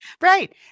Right